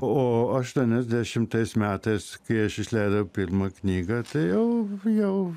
o aštuoniasdešimtais metais kai aš išleidau pirmą knygą tai jau jau